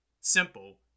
Simple